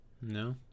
No